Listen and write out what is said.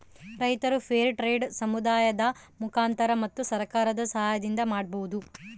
ರೈತರು fair trade ಸಮುದಾಯದ ಮುಖಾಂತರ ಮತ್ತು ಸರ್ಕಾರದ ಸಾಹಯದಿಂದ ಮಾಡ್ಬೋದು